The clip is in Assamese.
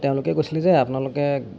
তেওঁলোকে কৈছিলে যে আপোনালোকে